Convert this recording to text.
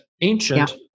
ancient